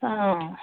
অ